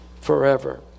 forever